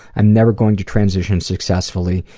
i'm never going to transition successfully,